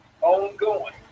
ongoing